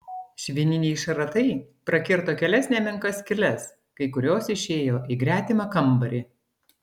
švininiai šratai prakirto kelias nemenkas skyles kai kurios išėjo į gretimą kambarį